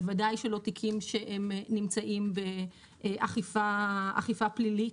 בוודאי לא תיקים שנמצאים באכיפה פלילית.